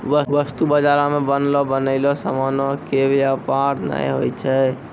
वस्तु बजारो मे बनलो बनयलो समानो के व्यापार नै होय छै